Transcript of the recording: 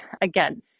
Again